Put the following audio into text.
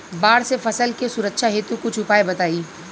बाढ़ से फसल के सुरक्षा हेतु कुछ उपाय बताई?